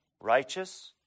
righteous